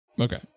Okay